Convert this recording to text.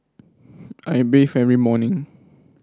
I bathe every morning